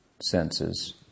senses